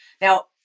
Now